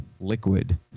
liquid